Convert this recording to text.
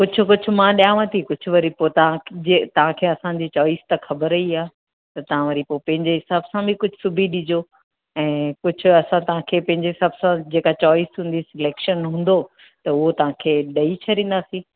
कुझु कुझु मां ॾियांव थी कुझु वरी पोइ तव्हां जे तव्हांखे असां जी चॉइस त ख़बर ई आहे त तव्हां पंहिंजे हिसाबु सां बि कुझु सुबी ॾिजो ऐं कुझु असां तव्हांखे पंहिंजे हिसाबु सां जेका चॉइस हूंदी क्लेक्शन हूंदो त उहो तव्हांखे ॾेई छॾींदासीं